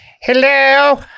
Hello